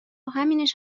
همینش